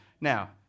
Now